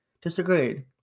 disagreed